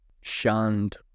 shunned